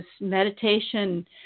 meditation